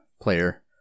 player